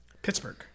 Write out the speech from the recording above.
Pittsburgh